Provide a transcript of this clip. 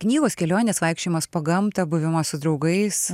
knygos kelionės vaikščiojimas po gamtą buvimas su draugais